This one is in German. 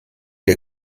der